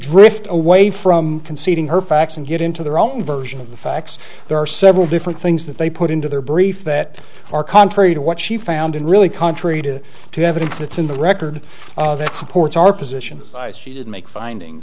drift away from conceding her facts and get into their own version of the facts there are several different things that they put into their brief that are contrary to what she found in really contrary to the evidence that's in the record that supports our position ice she did make finding